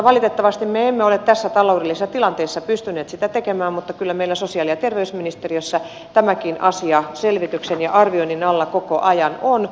valitettavasti me emme ole tässä taloudellisessa tilanteessa pystyneet sitä tekemään mutta kyllä meillä sosiaali ja terveysministeriössä tämäkin asia selvityksen ja arvioinnin alla koko ajan on